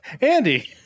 Andy